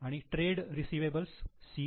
आणि trade receivables C